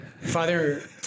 father